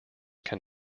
can